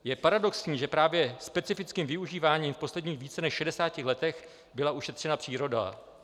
Je paradoxní, že právě specifickým využíváním v posledních více než 60 letech byla ušetřena příroda.